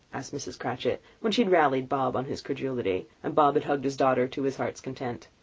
asked mrs. cratchit, when she had rallied bob on his credulity, and bob had hugged his daughter to his heart's content.